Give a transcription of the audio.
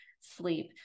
sleep